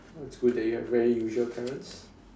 oh it's good that you have very usual parents